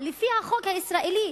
לפי החוק הישראלי,